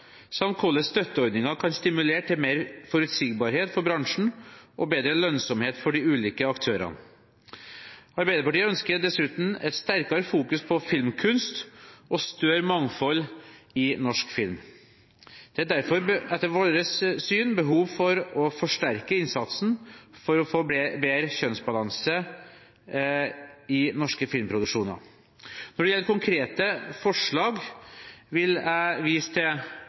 samt hvordan støtteordninger kan stimulere til mer forutsigbarhet for bransjen og bedre lønnsomhet for de ulike aktørene. Arbeiderpartiet ønsker dessuten en sterkere fokusering på filmkunst og større mangfold i norsk film. Det er derfor etter vårt syn behov for å forsterke innsatsen for å få bedre kjønnsbalanse i norske filmproduksjoner. Når det gjelder konkrete forslag, vil jeg vise til